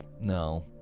no